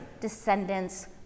descendants